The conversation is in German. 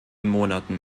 monaten